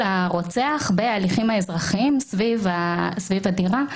הרוצח בהליכים האזרחיים סביב הדירה.